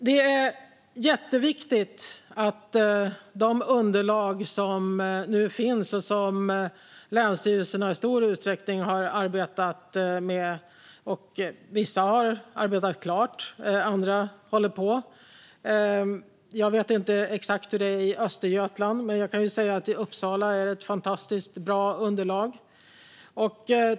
Det är jätteviktigt, det underlag som nu finns och som länsstyrelserna i stor utsträckning har arbetat med. Vissa har arbetat klart; andra håller på. Jag vet inte exakt hur det är i Östergötland, men jag kan säga att i Uppsala är det ett fantastiskt bra underlag.